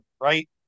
right